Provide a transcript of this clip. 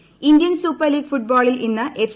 L Indian super league ഫുട്ബോളിൽ ഇ്ന്ന് F